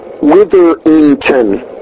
witherington